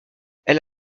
elle